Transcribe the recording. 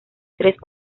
tres